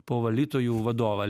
po valytojų vadovą